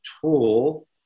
tool